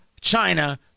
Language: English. China